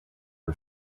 her